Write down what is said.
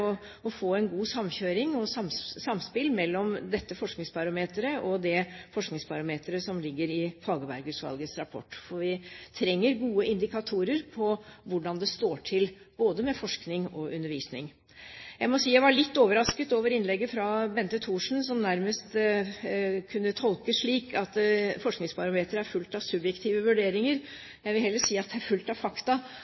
å få en god samkjøring og godt samspill mellom dette forskningsbarometeret og det forskningsbarometeret som ligger i Fagerberg-utvalgets rapport, for vi trenger gode indikatorer på hvordan det står til både med forskning og undervisning. Jeg må si jeg var litt overrasket over innlegget fra Bente Thorsen, som nærmest kunne tolkes slik at Forskningsbarometeret er fullt av subjektive vurderinger.